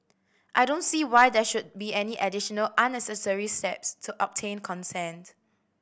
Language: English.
I don't see why there should be any additional unnecessary steps to obtain consent